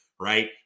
right